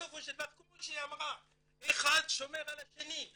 בסופו של דבר כמו שהיא אמרה, אחד שומר על השני.